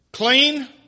Clean